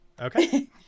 Okay